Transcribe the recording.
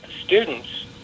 students